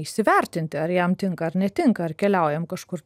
įsivertinti ar jam tinka ar netinka ar keliaujam kažkur